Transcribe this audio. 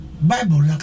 Bible